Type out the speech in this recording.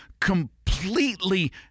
completely